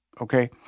okay